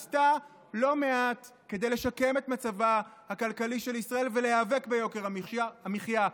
עשתה לא מעט כדי לשקם את מצבה הכלכלי של ישראל ולהיאבק ביוקר המחיה.